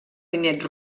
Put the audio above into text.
diners